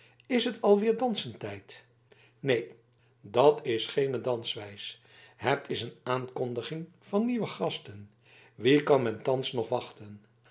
is het alweer dansenstijd neen dat is geene danswijs het is een aankondiging van nieuwe gasten wie kan men thans nog wachten